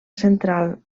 central